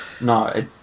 no